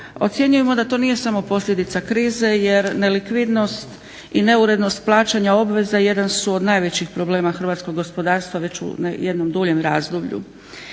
Ocjenjujemo da to nije samo posljedica krize jer nelikvidnost i neurednost plaćanja obveze jedan su od najvećeg problema Hrvatskog gospodarstva u duljem razdoblju.